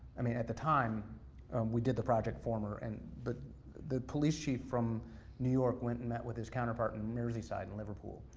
i mean at the time we did the project, former, and but the police chief from new york went and met with his counterpart in merseyside in liverpool.